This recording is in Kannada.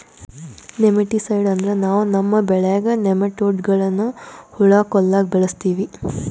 ನೆಮಟಿಸೈಡ್ ಅಂದ್ರ ನಾವ್ ನಮ್ಮ್ ಬೆಳ್ಯಾಗ್ ನೆಮಟೋಡ್ಗಳ್ನ್ ಹುಳಾ ಕೊಲ್ಲಾಕ್ ಬಳಸ್ತೀವಿ